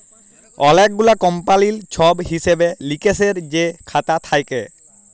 অলেক গুলা কমপালির ছব হিসেব লিকেসের যে খাতা থ্যাকে